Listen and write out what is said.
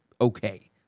okay